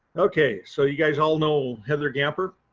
okay, so you guys all know heather gamper.